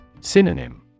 Synonym